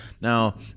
Now